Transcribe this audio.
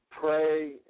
pray